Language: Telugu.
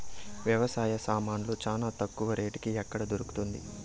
వ్యవసాయ సామాన్లు చానా తక్కువ రేటుకి ఎక్కడ దొరుకుతుంది?